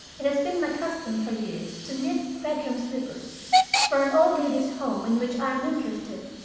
it has been my custom for years to knit bedroom-slippers for an old ladies' home in which i am interested.